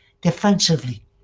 defensively